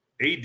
AD